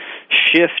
shift